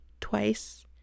twice